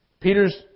Peter's